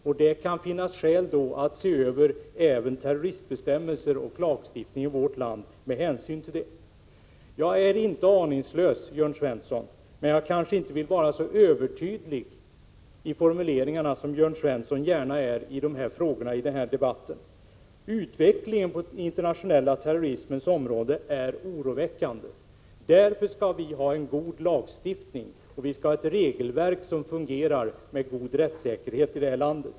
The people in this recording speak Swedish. Det kan därför finnas skäl att se över även terroristbestämmelser och lagstiftning i vårt land med hänsyn till detta. Jag är inte aningslös, Jörn Svensson. Men jag kanske inte vill vara så övertydlig i formuleringarna som Jörn Svensson gärna är i dessa frågor i denna debatt. Utvecklingen på den internationella terrorismens område är oroväckande. Därför skall vi ha en god lagstiftning, och vi skall ha ett regelverk som fungerar och som ger en god rättssäkerhet i detta land.